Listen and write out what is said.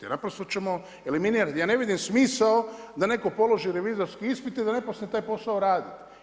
Jer naprosto ćemo eliminirat, ja ne vidim smisao da netko položi revizorski ispit i da ne počne taj posao radit.